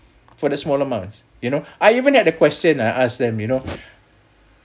for the small amounts you know I even had a question I ask them you know